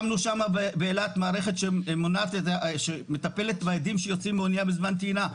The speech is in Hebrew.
שמנו באילת מערכת שמטפלת באדים שיוצאים מהאנייה בזמן טעינה.